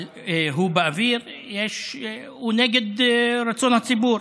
אבל הוא באוויר, הוא נגד רצון הציבור,